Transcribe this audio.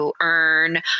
earn